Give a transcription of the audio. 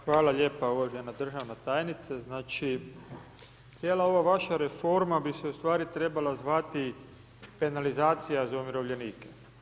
Hvala lijepa uvaženi državna tajnice, znači cijela ova vaša reforma bi se u stvari trebala zvati penalizacija za umirovljenike.